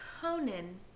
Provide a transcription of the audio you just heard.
Conan